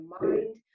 mind